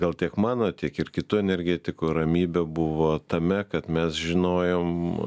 gal tiek mano tiek ir kitų energetikų ramybė buvo tame kad mes žinojom